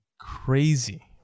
Crazy